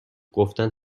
گفتن